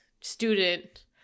student